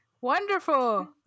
Wonderful